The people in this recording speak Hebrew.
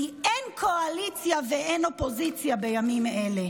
כי אין קואליציה ואין אופוזיציה בימים אלה.